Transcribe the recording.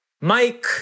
Mike